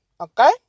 Okay